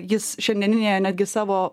jis šiandieninėje netgi savo